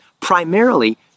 primarily